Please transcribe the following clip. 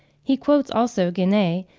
he quotes, also, guenee,